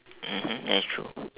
that is true